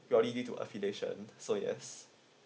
you only need to affiliation so yes